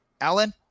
Alan